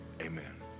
amen